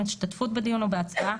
השתתפות בדיון או בהצבעה,